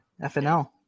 FNL